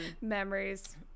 memories